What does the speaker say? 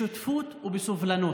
בשותפות ובסובלנות.